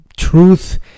truth